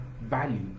value